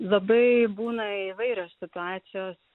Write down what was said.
labai būna įvairios situacijos